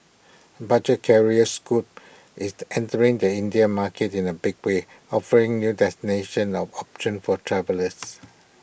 budget carrier scoot is entering the Indian market in A big way offering new destinations of options for travellers